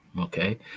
okay